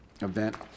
event